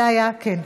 זה היה, כן.